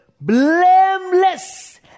blameless